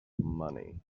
money